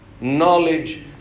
knowledge